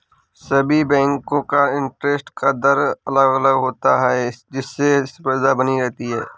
सभी बेंको का इंटरेस्ट का दर अलग अलग होता है जिससे स्पर्धा बनी रहती है